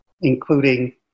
Including